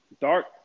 Dark